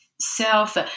self